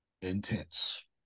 Intense